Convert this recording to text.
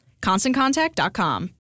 ConstantContact.com